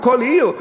בכל עיר?